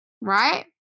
right